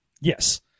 Yes